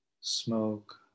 smoke